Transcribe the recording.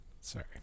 Sorry